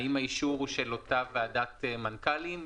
האם האישור הוא של אותה ועדת מנכ"לים?